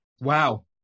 Wow